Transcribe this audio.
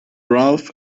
ralph